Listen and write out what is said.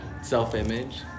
Self-image